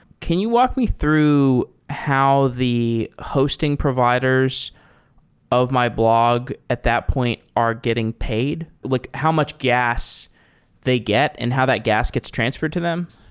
can you walk me through how the hosting providers of my blog at that point are getting paid? like how much gas they get and how that gas gets transferred to them?